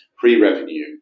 pre-revenue